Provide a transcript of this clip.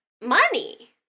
money